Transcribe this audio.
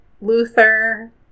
Luther